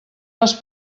les